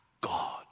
God